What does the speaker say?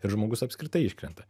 ir žmogus apskritai iškrenta